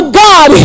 god